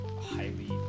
highly